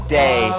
day